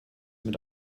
mit